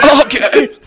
Okay